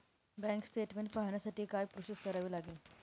Bank statement पाहण्यासाठी काय process करावी लागेल?